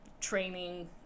training